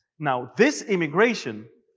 now this immigration,